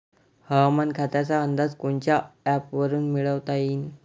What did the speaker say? हवामान खात्याचा अंदाज कोनच्या ॲपवरुन मिळवता येईन?